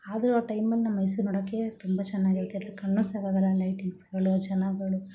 ಆದರೂ ಆ ಟೈಮಲ್ಲಿ ನಮ್ಮ ಮೈಸೂರು ನೋಡೋಕ್ಕೆ ತುಂಬ ಚೆನ್ನಾಗಿರುತ್ತೆ ಕಣ್ಣೂ ಸಾಕಾಗೋಲ್ಲ ಆ ಲೈಟಿಂಗ್ಸ್ಗಳು ಆ ಜನಗಳು